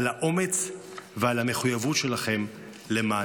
על האומץ ועל המחויבות שלכם למעננו.